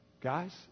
Guys